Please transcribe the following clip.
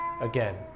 again